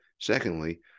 Secondly